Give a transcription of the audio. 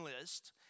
list